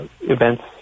events